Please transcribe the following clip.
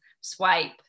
swipe